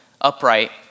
upright